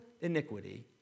iniquity